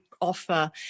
offer